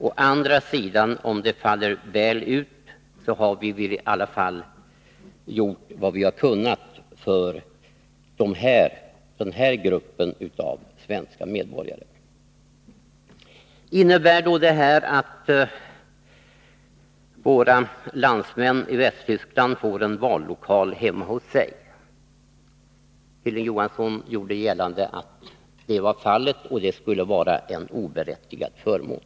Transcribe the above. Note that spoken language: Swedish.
Å andra sidan har vi, om försöket faller väl ut, gjort vad vi har kunnat för denna grupp av svenska medborgare. Innebär då detta förfarande att våra landsmän i Västtyskland får en vallokal hemma hos sig? Hilding Johansson gjorde gällande att det var fallet och att det skulle vara en oberättigad förmån.